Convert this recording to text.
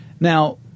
Now